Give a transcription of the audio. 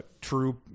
true